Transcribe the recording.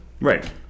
right